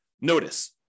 Notice